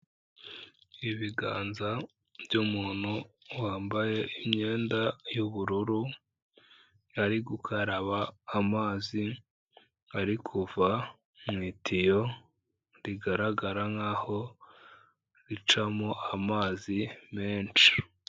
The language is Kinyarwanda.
Ibiganza by'umuntu wambaye imyenda y'ubururu, ari gukaraba amazi ari kuva mu itiyo, rigaragara nk'aho ricamo amazi menshi.